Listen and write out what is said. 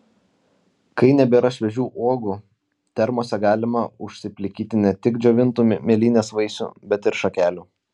kai nebėra šviežių uogų termose galima užsiplikyti ne tik džiovintų mėlynės vaisių bet ir šakelių